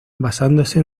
basándose